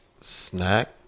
Snack